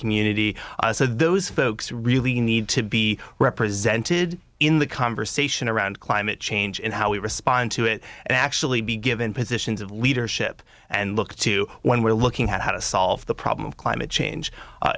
community so those folks really need to be represented in the conversation around climate change and how we respond to it and actually be given positions of leadership and look to when we're looking at how to solve the problem of climate change